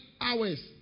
hours